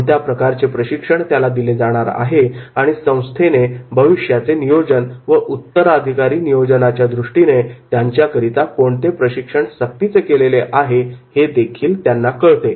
कोणत्या प्रकारचे प्रशिक्षण त्याला दिले जाणार आहे आणि संस्थेने भविष्याचे नियोजन व उत्तराधिकारी नियोजनाच्या दृष्टीने त्यांच्याकरता कोणते प्रशिक्षण सक्तीचे केलेले आहे हेदेखील त्यांना कळते